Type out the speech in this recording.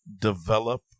develop